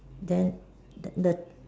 then that the